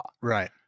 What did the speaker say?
Right